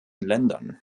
ländern